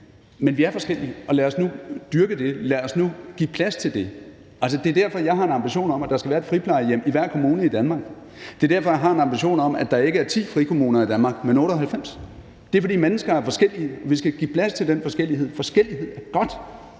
Men vi er forskellige, og lad os nu dyrke det, lad os nu give plads til det. Altså, det er derfor, jeg har en ambition om, at der skal være et friplejehjem i hver kommune i Danmark. Det er derfor, jeg har en ambition om, at der ikke skal være 10 frikommuner i Danmark, men 98. Det er, fordi mennesker er forskellige, og vi skal give plads til den forskellighed, for forskellighed er godt.